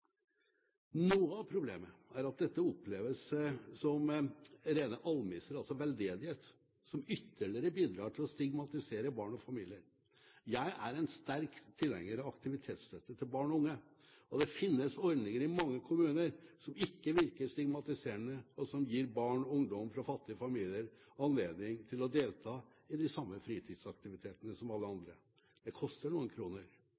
Noe av problemet er at dette oppleves som rene almisser, altså veldedighet, som ytterligere bidrar til å stigmatisere barn og familier. Jeg er en sterk tilhenger av aktivitetsstøtte til barn og unge, og det finnes ordninger i mange kommuner som ikke virker stigmatiserende, og som gir barn og ungdom fra fattige familier anledning til å delta i de samme fritidsaktivitetene som alle andre. Det koster noen kroner,